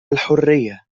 الحرية